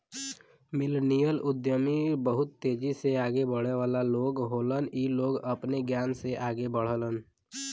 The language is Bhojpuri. मिलनियल उद्यमी बहुत तेजी से आगे बढ़े वाला लोग होलन इ लोग अपने ज्ञान से आगे बढ़लन